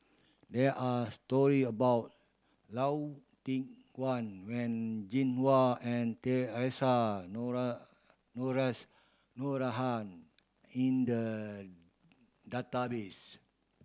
there are story about Lau Teng Chuan When Jinhua Noronha in the database